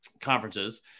conferences